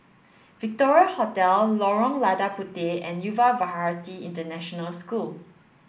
Victoria Hotel Lorong Lada Puteh and Yuva Bharati International School